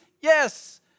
Yes